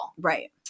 Right